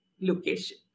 location